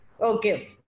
Okay